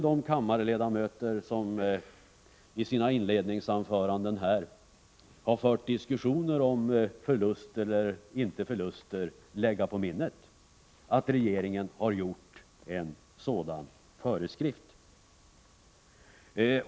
De kammarledamöter som i sina inledningsanföranden har fört resonemang om förlust eller inte förlust kan ju lägga på minnet att regeringen har gjort en sådan föreskrift.